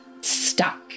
stuck